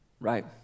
right